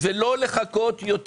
ולא לחכות יותר.